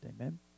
amen